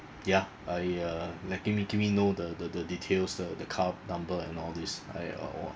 yeah I uh letting give me know the the the details the the car number and all these I uh or